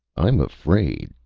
i'm afraid,